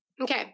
Okay